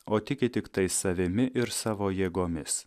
o tiki tiktai savimi ir savo jėgomis